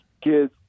kids